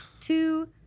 Two